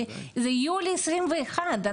זה היה ביולי 2021,